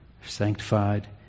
sanctified